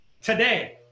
today